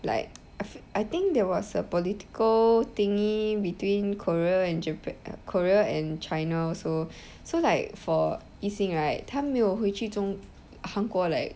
like I think there was a political thingy between korea and jap~ korea and china also so like for yixing right 他没有回去中韩国 like